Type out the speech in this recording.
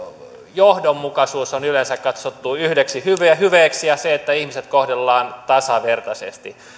johdonmukaisuus on yleensä katsottu yhdeksi hyveeksi ja se että ihmisiä kohdellaan tasavertaisesti